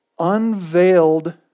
Unveiled